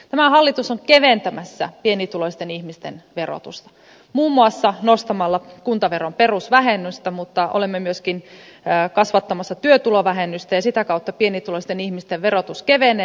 tämä hallitus on keventämässä pienituloisten ihmisten verotusta muun muassa nostamalla kuntaveron perusvähennystä mutta olemme myöskin kasvattamassa työtulovähennystä ja sitä kautta pienituloisten ihmisten verotus kevenee